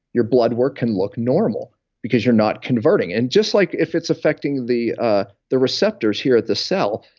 your blood work can look normal because you're not converting. and just like if it's affecting the ah the receptors here at the cell,